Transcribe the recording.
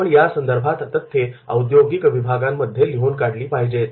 आपण त्यासंदर्भातील तथ्ये औद्योगिक विभागांमध्ये लिहून काढली पाहिजेत